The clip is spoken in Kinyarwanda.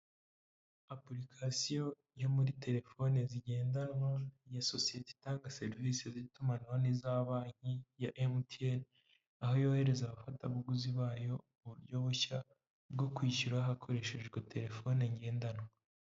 Apurikasiyo yo muri telefoni zigendanwa ya sosiyete itanga serivisi z'itumanaho n'iza banki ya MTN, aho yohereza abafatabuguzi bayo uburyo bushya bwo kwishyura hakoreshejwe telefone ngendanwa.